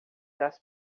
das